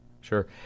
sure